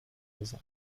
بزن